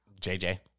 JJ